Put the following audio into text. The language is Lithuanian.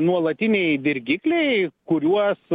nuolatiniai dirgikliai kuriuos